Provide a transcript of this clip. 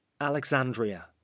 Alexandria